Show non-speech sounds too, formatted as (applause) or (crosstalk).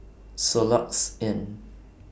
Soluxe Inn (noise)